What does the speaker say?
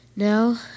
Now